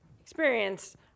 experience